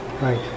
Right